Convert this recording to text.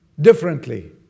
differently